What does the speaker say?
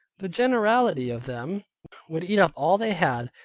the generality of them would eat up all they had,